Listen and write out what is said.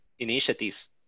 initiatives